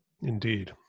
indeed